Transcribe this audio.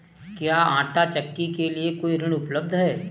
क्या आंटा चक्की के लिए कोई ऋण उपलब्ध है?